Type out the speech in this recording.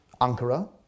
Ankara